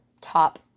top